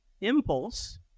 impulse